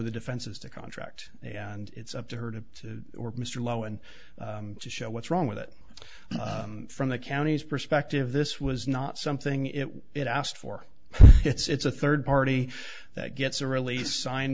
the defenses to contract and it's up to her to mr low and to show what's wrong with it from the counties perspective this was not something it was it asked for it's a third party that gets a release signed